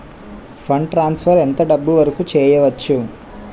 Fund transfer ఎంత డబ్బు వరుకు చేయవచ్చు?